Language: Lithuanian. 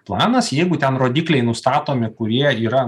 planas jeigu ten rodikliai nustatomi kurie yra